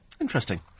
Interesting